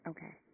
Okay